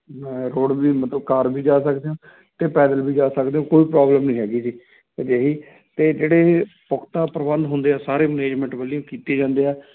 road ਮਤਲਬ car ਵੀ ਜਾ ਸਕਦੇ ਹੋ ਅਤੇ ਪੈਦਲ ਵੀ ਜਾ ਸਕਦੇ ਹੋ ਕੋਈ ਪ੍ਰੋਬਲਮ ਨਹੀਂ ਹੈਗੀ ਜੀ ਅਜਿਹੀ ਅਤੇ ਜਿਹੜੇ ਪੁਖਤਾ ਪ੍ਰਬੰਧ ਹੁੰਦੇ ਆ ਸਾਰੇ ਮੈਨੇਜਮੈਂਟ ਵੱਲੋਂ ਕੀਤੇ ਜਾਂਦੇ ਆ